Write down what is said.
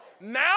Now